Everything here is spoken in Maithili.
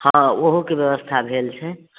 हाँ ओहोके व्यवस्था भेल छै